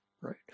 right